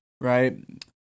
right